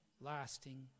lasting